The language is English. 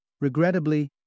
Regrettably